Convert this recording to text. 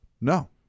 no